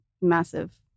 massive